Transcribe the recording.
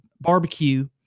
barbecue